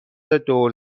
دور